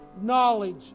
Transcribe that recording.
knowledge